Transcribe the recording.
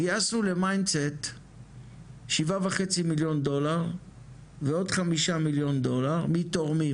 גייסנו ל- MindCET 7.5 מיליון דולר ועוד 5 מיליון דולר מתורמים